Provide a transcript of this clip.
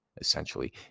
essentially